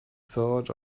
thought